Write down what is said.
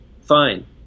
fine